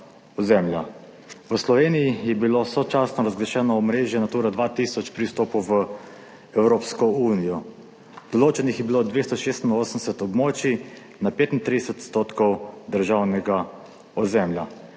V Sloveniji je bilo sočasno razglašeno omrežje Nature 2000 pri vstopu v Evropsko unijo, določenih je bilo 286 območij na 35 % državnega ozemlja.